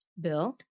Bill